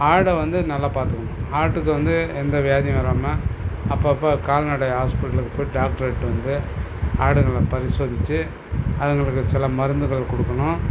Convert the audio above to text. ஆடை வந்து நல்லா பார்த்துக்குணும் ஆட்டுக்கு வந்து எந்த வியாதியும் வராமல் அப்பப்போ கால்நடை ஆஸ்பெட்டலுக்கு போய் டாக்டரை இட்டுனு வந்து ஆடுங்களை பரிசோதிச்சு அதுங்களுக்கு சில மருந்துகள் கொடுக்கணும்